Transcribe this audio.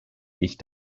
ich